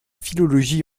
philologie